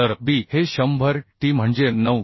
तरb हे 100 t म्हणजे 9